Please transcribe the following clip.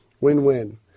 Win-win